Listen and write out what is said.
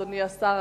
אדוני השר,